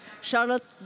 Charlotte